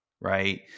right